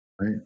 right